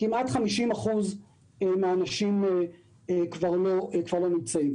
כמעט 50% מן האנשים כבר לא נמצאים.